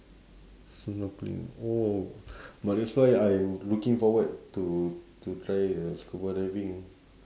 snorkeling oh but that's why I'm looking forward to to try uh scuba diving